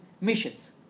missions